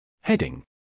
Heading